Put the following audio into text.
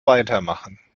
weitermachen